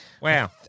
Wow